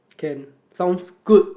can sounds good